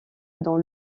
dans